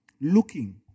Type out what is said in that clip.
looking